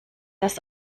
das